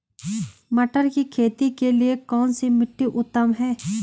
मटर की खेती के लिए कौन सी मिट्टी उत्तम है?